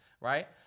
right